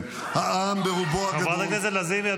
חבר הכנסת בליאק.